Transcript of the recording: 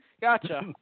Gotcha